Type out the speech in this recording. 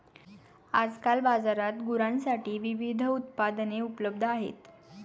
आजकाल बाजारात गुरांसाठी विविध उत्पादने उपलब्ध आहेत